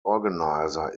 organiser